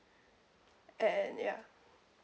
and ya